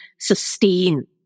sustain